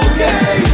Okay